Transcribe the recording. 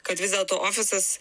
kad vis dėlto ofisas